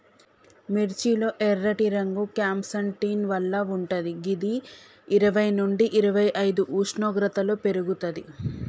మిర్చి లో ఎర్రటి రంగు క్యాంప్సాంటిన్ వల్ల వుంటది గిది ఇరవై నుండి ఇరవైఐదు ఉష్ణోగ్రతలో పెర్గుతది